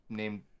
named